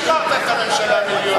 אתה שחררת את הממשלה מלהיות פה בכנסת.